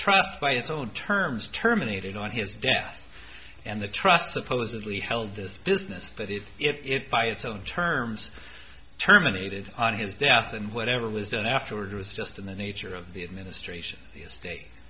trust by it's own terms terminated on his death and the trust supposedly held this business but if it by its own terms terminated on his death and whatever was done afterward was just in the nature of the administration the state